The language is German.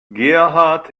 gerhard